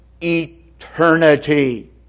eternity